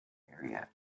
area